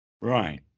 Right